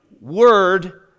word